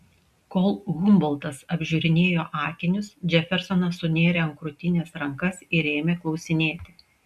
kol humboltas apžiūrinėjo akinius džefersonas sunėrė ant krūtinės rankas ir ėmė klausinėti